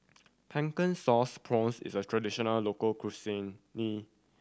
Pumpkin Sauce Prawns is a traditional local cuisine